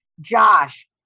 Josh